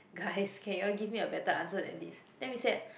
guys can you all give me a better answer than this then we said